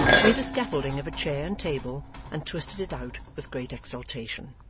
made a scaffolding of a chair and table and twisted it out with great exultation.